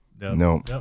No